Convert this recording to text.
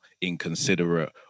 inconsiderate